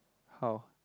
how